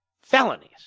felonies